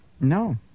No